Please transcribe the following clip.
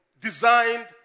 designed